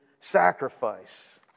sacrifice